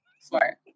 Smart